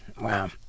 wow